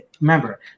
Remember